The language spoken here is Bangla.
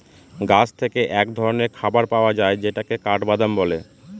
গাছ থেকে এক ধরনের খাবার পাওয়া যায় যেটাকে কাঠবাদাম বলে